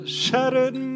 shattered